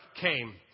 came